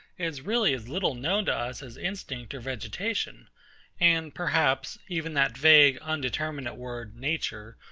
is really as little known to us as instinct or vegetation and, perhaps, even that vague, indeterminate word, nature,